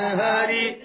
hari